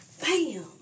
Bam